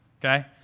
Okay